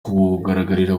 kugaragarira